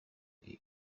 iya